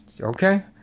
okay